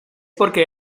porque